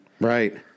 right